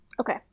Okay